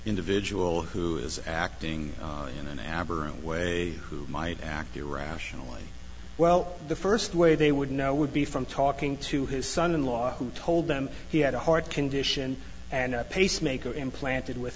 individual who is acting in an aberrant way who might act irrationally well the first way they would know would be from talking to his son in law who told them he had a heart condition and a pacemaker implanted with